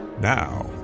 Now